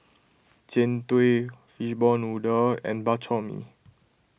Jian Dui Fishball Noodle and Bak Chor Mee